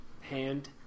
hand